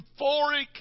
euphoric